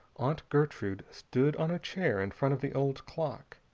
aunt gertrude stood on chair in front of the old clock,